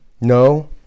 No